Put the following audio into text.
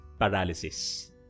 paralysis